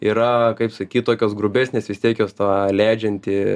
yra kaip sakyt tokios grubesnės vis tiek jos tą leidžiantį